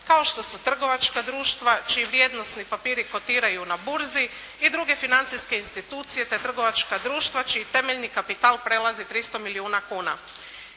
kao što su trgovačka društva čiji vrijednosni papiri kotiraju na burzi i druge financijske institucije te trgovačka društva čiji temeljni kapital prelazi 300 milijuna kuna.